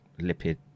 lipid